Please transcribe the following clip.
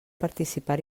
participar